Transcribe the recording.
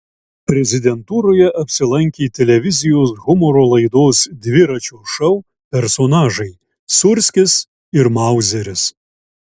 prezidentūroje apsilankė televizijos humoro laidos dviračio šou personažai sūrskis ir mauzeris